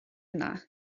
yna